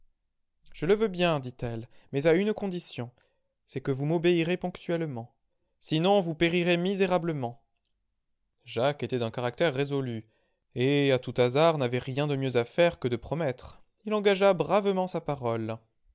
je le veux bien dit-elle mais à une condition c'est que vous m'obéirez ponctuellement sinon vous périrez misérablement jacques était d'un caractère résolu et à tout hasard n'avait rien de mieux à faire que de promettre il engagea bravement sa parole